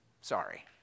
Sorry